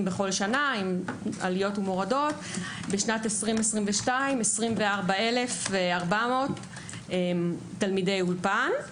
בשנה עם עליות ומורדות ב-2022 24,400 תלמידי אולפן.